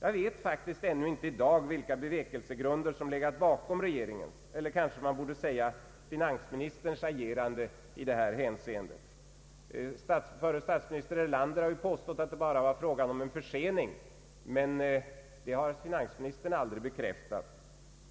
Jag vet faktiskt ännu inte i dag vilka bevekelsegrunder som legat bakom regeringens — eller kanske man borde säga finansministerns — agerande i detta hänseende. Förre statsministern Erlander har påstått att det bara var fråga om en försening, men det har finansministern aldrig bekräftat.